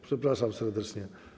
Przepraszam serdecznie.